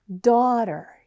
Daughter